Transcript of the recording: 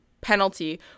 penalty